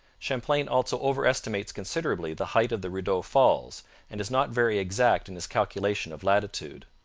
champlain also over-estimates considerably the height of the rideau falls and is not very exact in his calculation of latitude.